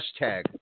hashtag